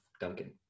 Duncan